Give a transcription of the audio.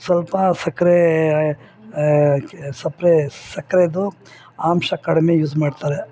ಸ್ವಲ್ಪ ಸಕ್ಕರೆ ಸಪ್ಪೆ ಸಕ್ಕರೆದು ಅಂಶ ಕಡಿಮೆ ಯೂಸ್ ಮಾಡ್ತಾರೆ